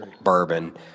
bourbon